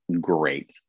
great